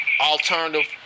alternative